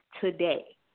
today